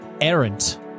errant